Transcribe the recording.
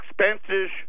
expenses